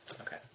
Okay